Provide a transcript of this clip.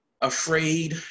afraid